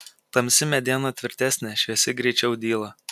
tamsi mediena tvirtesnė šviesi greičiau dyla